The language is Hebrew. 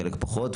חלק בפחות,